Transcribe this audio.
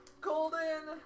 golden